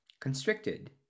constricted